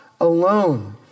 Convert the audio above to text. alone